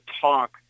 talk